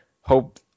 hope